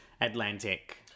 Atlantic